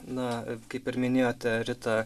na kaip ir minėjote rita